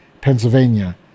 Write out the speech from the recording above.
Pennsylvania